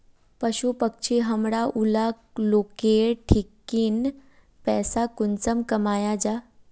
पशु पक्षी हमरा ऊला लोकेर ठिकिन पैसा कुंसम कमाया जा?